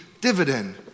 dividend